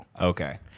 Okay